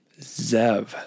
Zev